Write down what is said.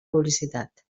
publicitat